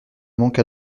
manque